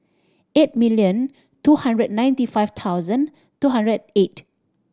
eight million two hundred ninety five thousand two hundred eight